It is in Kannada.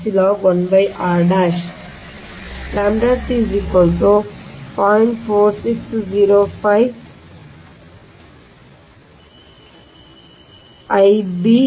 ಆದ್ದರಿಂದ ಆ ಸಂದರ್ಭದಲ್ಲಿ ಆಗಿರುತ್ತದೆ